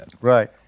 Right